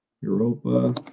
Europa